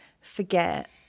forget